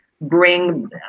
bring